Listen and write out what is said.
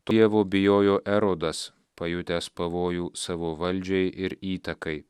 dievo bijojo erodas pajutęs pavojų savo valdžiai ir įtakai